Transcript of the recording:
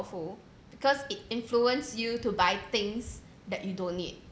because it influence you to buy things that you don't need